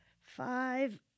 five